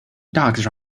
dogs